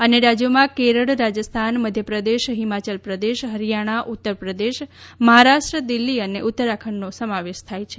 અન્ય રાજ્યોમાં કેરળ રાજસ્થાન મધ્યપ્રદેશ હિમાચલપ્રદેશ હરિયાણા ઉત્તરપ્રદેશ મહારાષ્ટ્ર દિલ્હી અને ઉત્તરાખંડનો સમાવેશ થાય છે